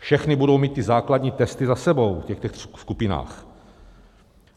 Všechny budou mít ty základní testy za sebou v těch ,